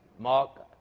mark,